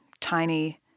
tiny